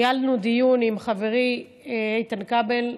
ניהלנו דיון עם חברי איתן כבל,